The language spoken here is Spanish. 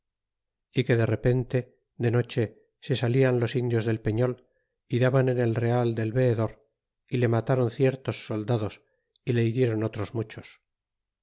y que de repente de noche se salian los indios del peñol y daban en el real del veedor y le mataron ciertos soldados y le hiriéron otros muchos